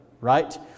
right